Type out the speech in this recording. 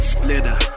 Splitter